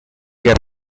que